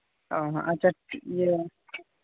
ᱚ ᱟᱪᱪᱷᱟ ᱤᱭᱟᱹ